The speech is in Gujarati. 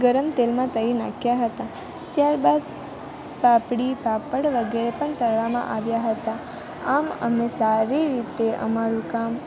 ગરમ તેલમાં તળી નાખ્યા હતા ત્યાર બાદ પાપડી પાપડ વગેરે પણ તળવામાં આવ્યા હતા આમ અમે સારી રીતે અમારું કામ